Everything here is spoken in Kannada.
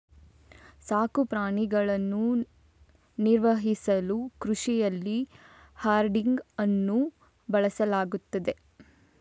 ಸಾಕು ಪ್ರಾಣಿಗಳನ್ನು ನಿರ್ವಹಿಸಲು ಕೃಷಿಯಲ್ಲಿ ಹರ್ಡಿಂಗ್ ಅನ್ನು ಬಳಸಲಾಗುತ್ತದೆ